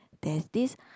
there's this